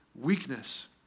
weakness